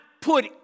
put